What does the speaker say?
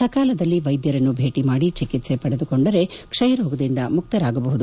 ಸಕಾಲದಲ್ಲಿ ವೈದ್ಧರನ್ನು ಭೇಟಿ ಮಾಡಿ ಚಿಕಿತ್ಸೆ ಪಡೆದುಕೊಂಡರೆ ಕ್ಷಯರೋಗದಿಂದ ಮುಕ್ತರಾಗಬಹುದು